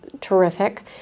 terrific